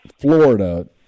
Florida